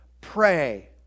pray